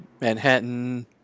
Manhattan